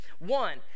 One